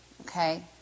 Okay